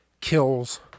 Kills